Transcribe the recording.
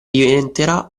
diventerà